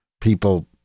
people